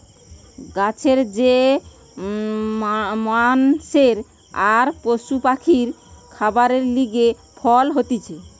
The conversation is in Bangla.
গাছের যে মানষের আর পশু পাখির খাবারের লিগে ফল হতিছে